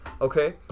Okay